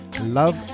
love